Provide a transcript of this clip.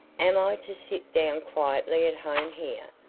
am i to sit down quietly at home here,